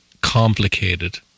complicated